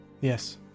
Yes